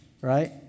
Right